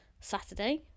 Saturday